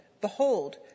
Behold